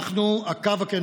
אנחנו הקו הקדמי,